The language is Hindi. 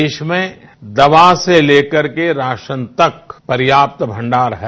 देश में दवा से ते करके राशन तक पर्यात मंडार है